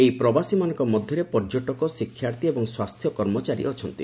ଏହି ପ୍ରବାସୀମାନଙ୍କ ମଧ୍ୟରେ ପର୍ଯ୍ୟଟକ ଶିକ୍ଷାର୍ଥୀ ଏବଂ ସ୍ୱାସ୍ଥ୍ୟ କର୍ମଚାରୀ ଅଛନ୍ତି